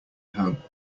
home